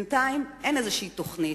בינתיים אין תוכנית.